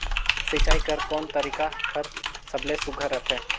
सिंचाई कर कोन तरीका हर सबले सुघ्घर रथे?